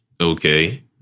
okay